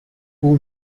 who